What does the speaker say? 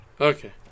Okay